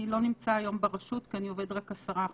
לא נמצא היום ברשות כי אני עובד רק 10%,